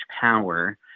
power